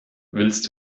willst